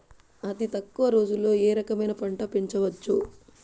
అతి తక్కువ రోజుల్లో ఏ రకమైన పంట పెంచవచ్చు?